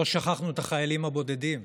לא שכחנו את החיילים הבודדים,